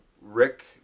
Rick